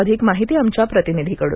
अधिक माहिती आमच्या प्रतिनिधीकडून